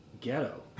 ghetto